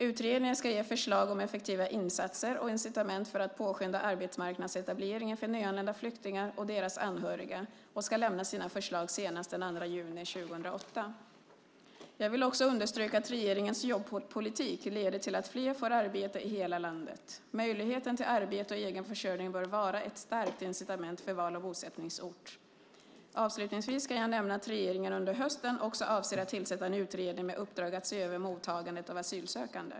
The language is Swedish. Utredningen ska ge förslag om effektiva insatser och incitament för att påskynda arbetsmarknadsetableringen för nyanlända flyktingar och deras anhöriga och ska lämna sina förslag senast den 2 juni 2008. Jag vill också understryka att regeringens jobbpolitik leder till att fler får arbete i hela landet. Möjligheten till arbete och egen försörjning bör vara ett starkt incitament för val av bosättningsort. Avslutningsvis kan jag nämna att regeringen under hösten också avser att tillsätta en utredning med uppdrag att se över mottagandet av asylsökande.